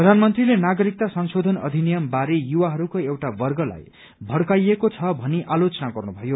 प्रधानमन्त्रीले नागरिकता संशोधन अधिनियम बारे युवाहरूको एउटा वर्गलाई भइकाइएको छ भनी आलोचना गर्नुभयो